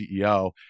CEO